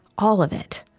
all of it.